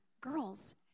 Girls